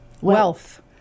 Wealth